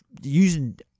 using